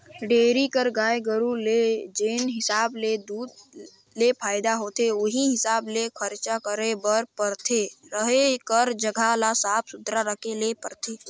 dairy कर गाय गरू ले जेन हिसाब ले दूद ले फायदा होथे उहीं हिसाब ले खरचा करे बर परथे, रहें कर जघा ल साफ सुथरा रखे ले परथे